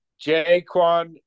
Jaquan